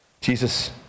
jesus